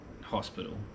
hospital